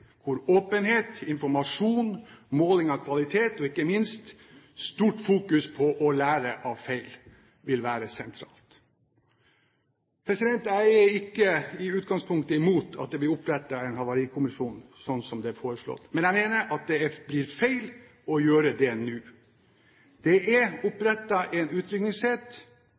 hvor åpenhet, informasjon, måling av kvaliteter og ikke minst stort fokus på å lære av feil vil være sentralt. Jeg er ikke i utgangspunktet imot at det blir opprettet en havarikommisjon slik det er foreslått, men jeg mener at det blir feil å gjøre det nå. Det er opprettet en